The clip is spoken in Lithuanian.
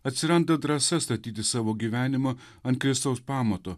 atsiranda drąsa statyti savo gyvenimą ant kristaus pamato